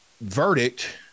verdict